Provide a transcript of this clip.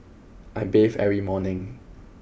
I bathe every morning